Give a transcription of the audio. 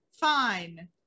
Fine